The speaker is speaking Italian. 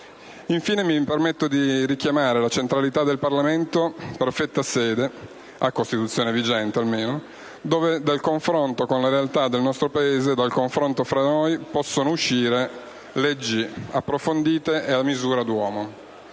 Infine, mi permetto di richiamare la centralità del Parlamento, perfetta sede, almeno a Costituzione vigente, dove dal confronto con le realtà del nostro Paese e dal confronto fra noi possono uscire leggi approfondite e a misura d'uomo